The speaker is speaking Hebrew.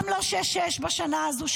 גם לא 6.6% בשנה הזאת,